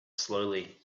slowly